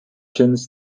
tins